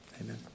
Amen